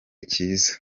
kiza